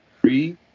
Three